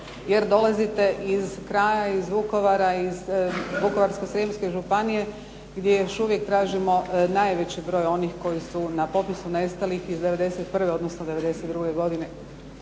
jer dolazite iz kraja, iz Vukovara, iz Vukovarsko-srijemske županije gdje još uvijek tražimo najveći broj onih koji su na popisu nestalih iz '91., odnosno '92. godine.